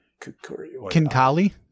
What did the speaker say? Kinkali